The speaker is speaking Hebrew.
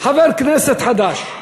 חבר כנסת חדש,